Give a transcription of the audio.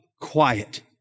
quiet